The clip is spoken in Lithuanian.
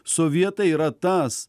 sovietai yra tas